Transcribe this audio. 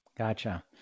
Gotcha